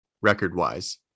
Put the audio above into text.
record-wise